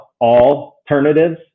alternatives